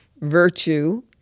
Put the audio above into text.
virtue